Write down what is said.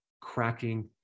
cracking